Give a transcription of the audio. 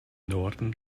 norden